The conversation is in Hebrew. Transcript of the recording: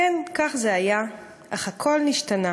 / כן, כך זה היה, אך הכול נשתנה,